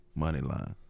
Moneyline